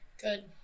Good